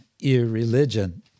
irreligion